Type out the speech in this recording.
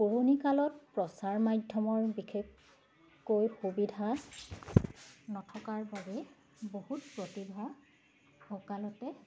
পুৰণি কালত প্ৰচাৰ মাধ্যমৰ বিশেষকৈ সুবিধা নথকাৰ বাবে বহুত প্ৰতিভা অকালতে